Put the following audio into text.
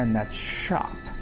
um that's shop.